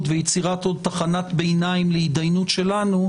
ויצירת עוד תחנת ביניים להידיינות שלנו,